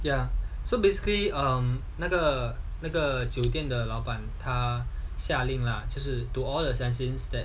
ya so basically err 那个那个酒店的老板他下令 lah 就是 to all the sense since that